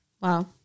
Wow